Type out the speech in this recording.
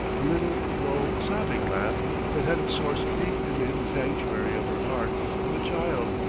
a little, low, sobbing laugh that had its source deep in the hidden sanctuary of her heart of a child.